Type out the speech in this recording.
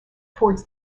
towards